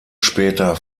später